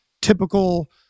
typical